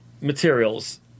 materials